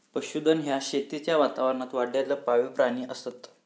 पशुधन ह्या शेतीच्या वातावरणात वाढलेला पाळीव प्राणी असत